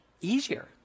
easier